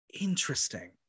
interesting